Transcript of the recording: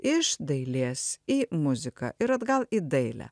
iš dailės į muziką ir atgal į dailę